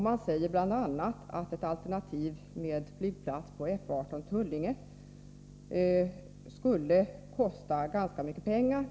Man säger bl.a. att alternativet flygplats på F 18/Tullinge skulle kosta ganska mycket pengar.